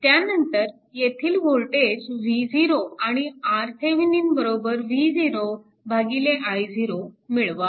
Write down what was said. त्यानंतर तेथील voltage V0 आणि RThevenin V0i0 मिळवा